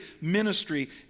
ministry